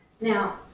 Now